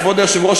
כבוד היושב-ראש,